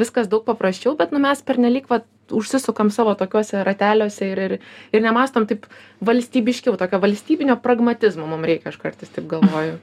viskas daug paprasčiau bet nu mes pernelyg vat užsisukam savo tokiuose rateliuose ir ir ir nemąsto taip valstybiškiau tokio valstybinio pragmatizmo mum reikia aš kartais taip galvoju